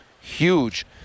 huge